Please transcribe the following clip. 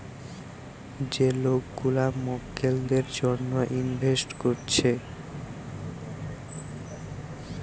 যে লোক গুলা মক্কেলদের জন্যে ইনভেস্ট কোরছে